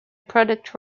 product